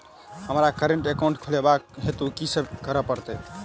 हमरा current account खोलेवाक हेतु की सब करऽ पड़त?